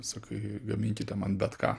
sakai gaminkite man bet ką